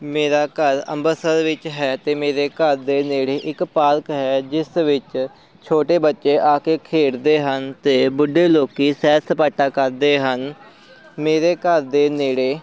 ਮੇਰਾ ਘਰ ਅੰਬਰਸਰ ਵਿੱਚ ਹੈ ਅਤੇ ਮੇਰੇ ਘਰ ਦੇ ਨੇੜੇ ਇੱਕ ਪਾਰਕ ਹੈ ਜਿਸ ਵਿੱਚ ਛੋਟੇ ਬੱਚੇ ਆ ਕੇ ਖੇਡਦੇ ਹਨ ਅਤੇ ਬੁੱਢੇ ਲੋਕ ਸੈਰ ਸਪਾਟਾ ਕਰਦੇ ਹਨ ਮੇਰੇ ਘਰ ਦੇ ਨੇੜੇ